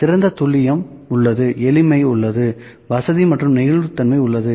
சிறந்த துல்லியம் உள்ளது எளிமை உள்ளது வசதி மற்றும் நெகிழ்வுத்தன்மை உள்ளது